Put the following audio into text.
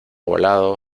ovalado